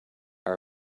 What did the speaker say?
are